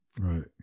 Right